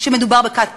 שמדובר בכת פוגענית,